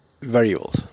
variables